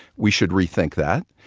we should rethink that.